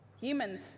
Humans